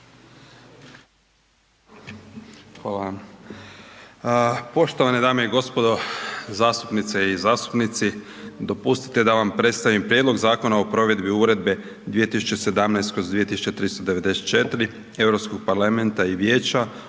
Hvala. Poštovane dame i gospodo zastupnice i zastupnici. Dopustite mi da vam predstavim Prijedlog zakona o provedbi Uredbe (EU) 2017/2394 Europskog parlamenta i Vijeća